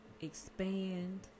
Expand